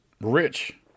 rich